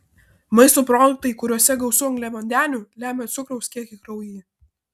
maisto produktai kuriuose gausu angliavandenių lemia cukraus kiekį kraujyje